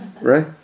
right